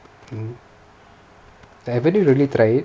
mmhmm I already tried it